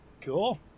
Cool